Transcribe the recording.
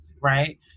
right